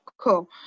cool